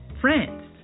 France